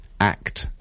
Act